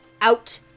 out